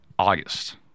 August